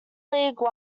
league